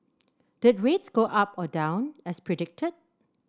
did rates go up or down as predicted